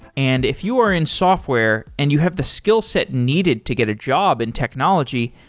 and if you are in software and you have the skill set needed to get a job in technology,